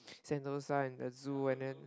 sentosa and the Zoo and then